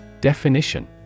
Definition